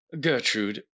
Gertrude